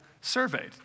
surveyed